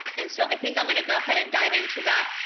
and so i think i'm gonna go ahead and dive into that.